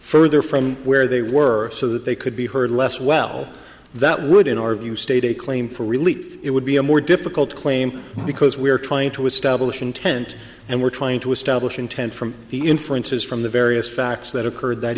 further from where they were so that they could be heard less well that would in our view state a claim for relief it would be a more difficult claim because we're trying to establish intent and we're trying to establish intent from the inferences from the various facts that occurred that